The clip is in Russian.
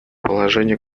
положение